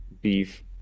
beef